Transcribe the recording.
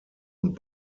und